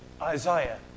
Isaiah